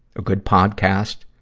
a good podcast.